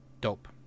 dope